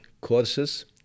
courses